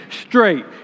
straight